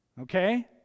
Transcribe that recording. Okay